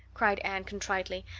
cried anne contritely.